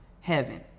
heaven